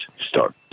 Start